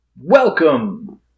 Welcome